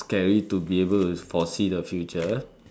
scary to be able to foresee the future